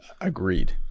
Agreed